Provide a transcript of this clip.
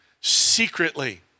secretly